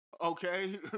Okay